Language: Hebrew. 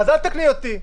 אז אל תתקני אותי.